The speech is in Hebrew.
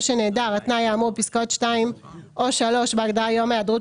שנעדר התנאי האמור בפסקאות (2) או (3) בהגדרה "יום היעדרות